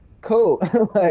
cool